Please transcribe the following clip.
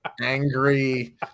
angry